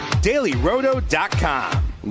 dailyroto.com